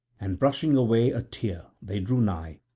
and brushing away a tear they drew nigh,